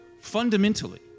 fundamentally